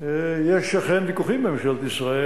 יש אכן ויכוחים בממשלת ישראל,